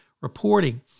reporting